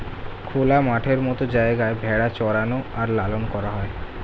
খোলা মাঠের মত জায়গায় ভেড়া চরানো আর লালন করা হয়